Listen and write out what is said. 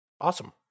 Awesome